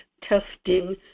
testing